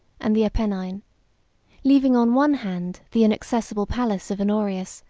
and the apennine leaving on one hand the inaccessible palace of honorius,